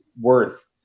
worth